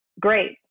great